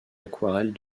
aquarelles